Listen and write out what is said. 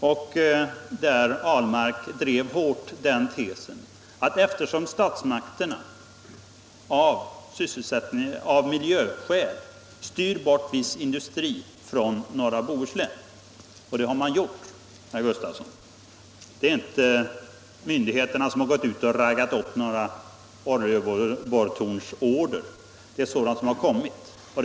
Där drev herr Ahlmark hårt tesen att statsmakterna av miljöskäl styrt bort viss industri från norra Bohuslän, och det har man gjort, herr Gustafsson. Det är inte myndigheterna som gått ut och raggat upp några oljeborrtornsorder, sådana har kommit ändå.